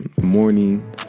morning